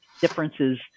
differences